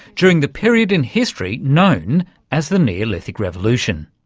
during the period in history known as the neolithic revolution.